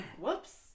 Whoops